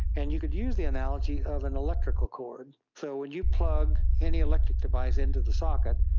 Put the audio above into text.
and you could use the analogy of an electrical cord. so when you plug any electrical device into the socket,